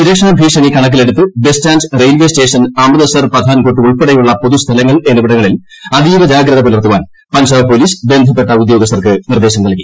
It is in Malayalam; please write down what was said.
സുരക്ഷാ ഭീഷണി കണക്ക്റിലെടുത്ത് ബസ്സ്റ്റാന്റ് റെയിൽവേ സ്റ്റേഷൻ അമൃത്സർ പരിഞാൾകോട്ട് ഉൾപ്പെടെയുള്ള പൊതു സ്ഥലങ്ങൾ എന്നിവിട്ടങ്ങളിൽ അതീവ ജാഗ്രത പുലർത്താൻ പഞ്ചാബ് പൊലീസ് ബന്ധപ്പെട്ട ഉദ്യോഗസ്ഥർക്ക് നിർദ്ദേശം നല്കി